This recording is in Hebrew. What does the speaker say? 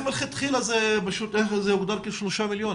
מלכתחילה זה הוגדר כשלושה מיליון שקלים?